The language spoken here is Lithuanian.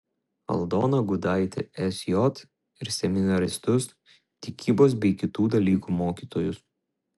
aldoną gudaitį sj ir seminaristus tikybos bei kitų dalykų mokytojus